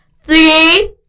three